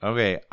Okay